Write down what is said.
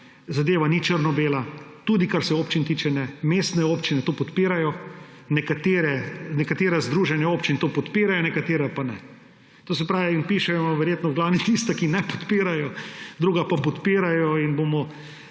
Zadeva ni črno-bela, tudi kar se občin tiče ne. Mestne občine to podpirajo, nekatera združenja občin to podpirajo, nekatera pa ne. Pišejo vam verjetno v glavnem tista, ki ne podpirajo. Druga pa podpirajo.